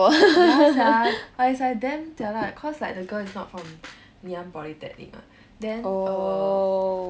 ya sia but it's like damn jialat cause the girl is not from ngee ann polytechnic what then err